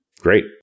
Great